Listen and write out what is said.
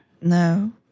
No